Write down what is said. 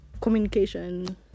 communication